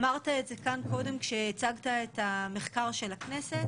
אמרת את זה כאן קודם כשהצגת את המחקר של הכנסת,